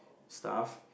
stuff